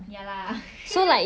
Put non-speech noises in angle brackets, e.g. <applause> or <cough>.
ya lah <laughs>